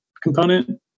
component